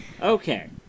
Okay